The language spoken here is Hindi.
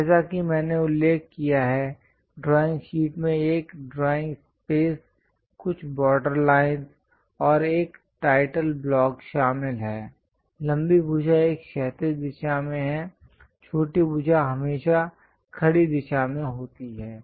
जैसा कि मैंने उल्लेख किया है ड्राइंग शीट में एक ड्राइंग स्पेस कुछ बॉर्डरलाइन और एक टाइटल ब्लॉक शामिल है लंबी भुजा एक क्षैतिज दिशा में है छोटी भुजा हमेशा खड़ी दिशा में होती है